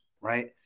Right